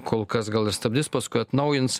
kol kas gal ir stabdys paskui atnaujins